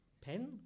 Pen